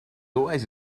always